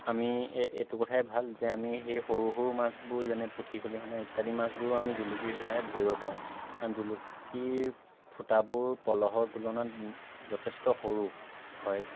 আমি এই এইটো কথাই ভাল যে আমি সেই সৰু সৰু মাছবোৰ যেনে পুঠি খলিহনা ইত্যাদি মাছবোৰো আমি জুলুকিৰ সহায়ত ধৰিব পাৰোঁ কাৰণ জুলুকিৰ ফুটাবোৰ পলহৰ তুলনাত যথেষ্ট সৰু হয়